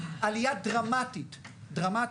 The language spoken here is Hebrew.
עלייה דרמטית דרמטית,